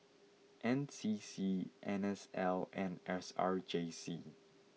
N C C N S L and S R J C